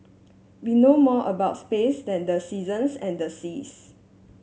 we know more about space than the seasons and the seas